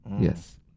Yes